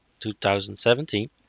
2017